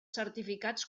certificats